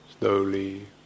slowly